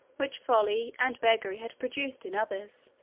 which folly and beggary had produced in others.